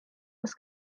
was